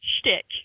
shtick